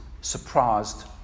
Surprised